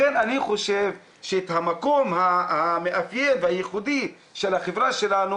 לכן אני חושב שבמקום המאפיין והייחודי של החברה שלנו